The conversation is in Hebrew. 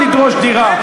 לא שם לדרוש דירה.